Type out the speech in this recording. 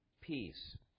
peace